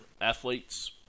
athletes